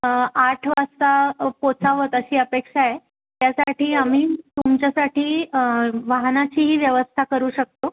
आठ वाजता पोहचावत अशी अपेक्षा आहे त्यासाठी आम्ही तुमच्यासाठी वाहनाचीही व्यवस्था करू शकतो